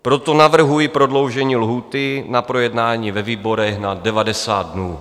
Proto navrhuji prodloužení lhůty na projednání ve výborech na 90 dnů.